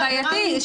בעייתי.